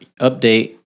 update